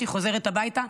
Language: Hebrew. היא חוזרת הביתה,